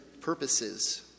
purposes